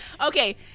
Okay